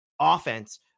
offense